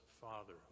father